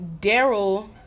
Daryl